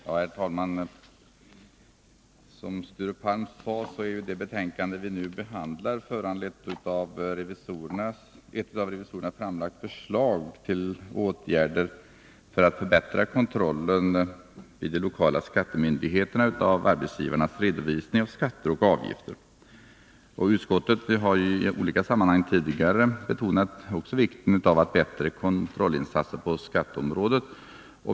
Herr talman! Som Sture Palm sade är det betänkande vi nu behandlar föranlett av ett av revisorerna framlagt förslag till åtgärder för att förbättra kontrollen vid de lokala skattemyndigheterna av arbetsgivarnas redovisning av skatter och avgifter. Utskottet har i olika sammanhang tidigare betonat vikten av bättre kontrollinsatser på skatteområdet.